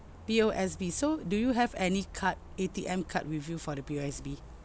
P_O_S_B so do you have any card A_T_M card with you for the P_O_S_B